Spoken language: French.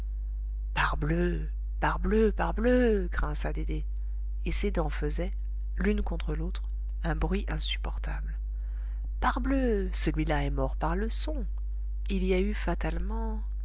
parbleu parbleu parbleu grinça dédé et ses dents faisaient l'une contre l'autre un bruit insupportable parbleu celui-là est mort par le son il y a eu fatalement